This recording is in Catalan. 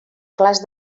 clars